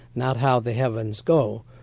not how the heavens go',